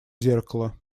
зеркало